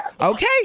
Okay